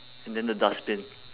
and then the dustbin